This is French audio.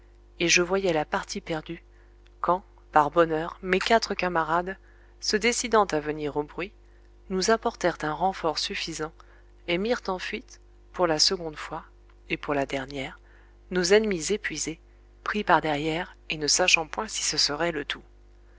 et je voyais la partie perdue quand par bonheur mes quatre camarades se décidant à venir au bruit nous apportèrent un renfort suffisant et mirent en fuite pour la seconde fois et pour la dernière nos ennemis épuisés pris par derrière et ne sachant point si ce serait le tout